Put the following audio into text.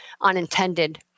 unintended